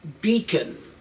beacon